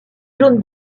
jaune